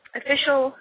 official